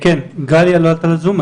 גליה לא עלתה לזום,